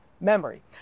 memory